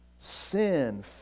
sin